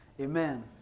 Amen